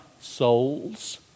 souls